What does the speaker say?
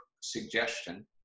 suggestion